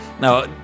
Now